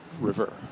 river